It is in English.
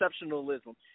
exceptionalism